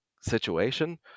situation